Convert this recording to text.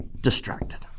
distracted